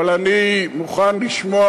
אבל אני מוכן לשמוע.